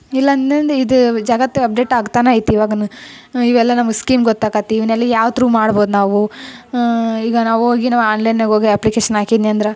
ಇಲ್ಲ ಅನ್ಯಂದ್ರೆ ಇದ ಜಗತ್ತು ಅಪ್ಡೇಟ್ ಆಗ್ತಾನೆ ಐತೆ ಇವಾಗು ಇವೆಲ್ಲ ನಮ್ಗೆ ಸ್ಕೀಮ್ ಗೊತ್ತಾಕತೆ ಇವನ್ನೆಲ್ಲ ಯಾವ ತ್ರೂ ಮಾಡ್ಬೋದು ನಾವು ಈಗ ನಾವು ಹೋಗಿ ನಾವು ಆನ್ಲೈನ್ನ್ಯಾಗೆ ಹೋಗಿ ಅಪ್ಲಿಕೇಶನ್ ಆಕಿದ್ನ್ಯಂದ್ರೆ